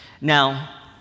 Now